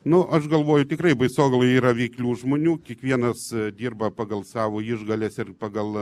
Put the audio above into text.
nu aš galvoju tikrai baisogaloj yra veiklių žmonių kiekvienas dirba pagal savo išgales ir pagal